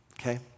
okay